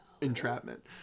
Entrapment